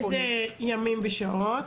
איזה ימים ושעות?